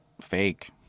fake